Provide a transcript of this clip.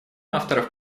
авторов